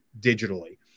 digitally